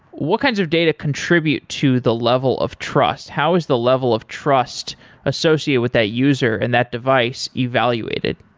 what kinds of data contribute to the level of trust? how is the level of trust associate with that user and that device evaluated?